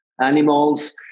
animals